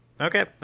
Okay